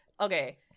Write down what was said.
okay